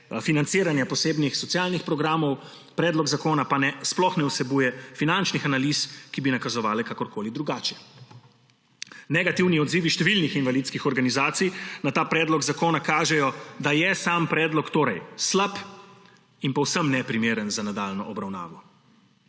financiranja posebnih socialnih programov. Predlog zakona pa sploh ne vsebuje finančnih analiz, ki bi nakazovale kakorkoli drugače. Negativni odzivi številnih invalidskih organizacij na ta predlog zakona kažejo, da je sam predlog slab in povsem neprimeren za nadaljnjo obravnavo.